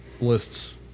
lists